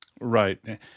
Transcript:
Right